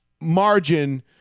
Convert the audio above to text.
margin